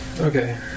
Okay